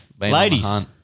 ladies